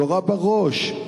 יורה בראש,